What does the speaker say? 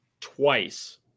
twice